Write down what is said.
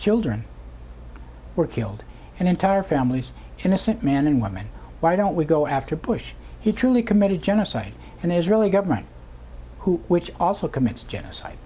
children were killed and entire families innocent man and woman why don't we go after bush he truly committed genocide and the israeli government who which also commits genocide